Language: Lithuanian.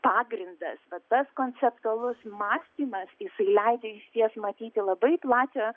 pagrindas va tas konceptualus mąstymas jisai leidžia išties matyti labai plačią